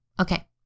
Okay